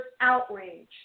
outrage